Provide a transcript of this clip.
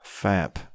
FAP